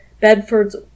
Bedford's